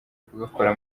kugakora